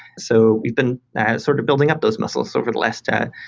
so we've been sort of building up those muscles over the last year,